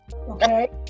Okay